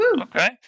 Okay